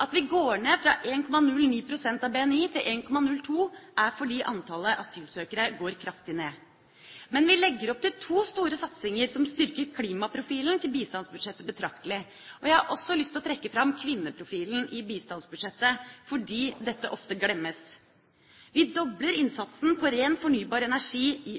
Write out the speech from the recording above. At vi går ned fra 1,09 pst. av BNI til 1,02, er fordi antallet asylsøkere går kraftig ned. Men vi legger opp til to store satsinger som styrker klimaprofilen til bistandsbudsjettet betraktelig. Jeg har også lyst til å trekke fram kvinneprofilen i bistandsbudsjettet, fordi dette ofte glemmes. Vi dobler innsatsen på ren, fornybar energi i